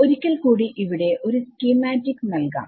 ഒരിക്കൽ കൂടി ഇവിടെ ഒരു സ്കീമാറ്റിക് നൽകാം